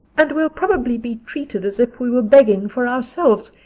and we'll probably be treated as if we were begging for ourselves.